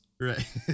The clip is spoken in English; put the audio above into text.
right